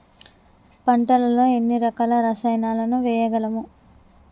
పంటలలో ఎన్ని రకాల రసాయనాలను వేయగలము?